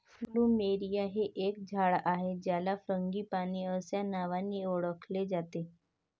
plumeria हे एक झाड आहे ज्याला फ्रँगीपानी अस्या नावानी ओळखले जाते